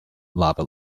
lava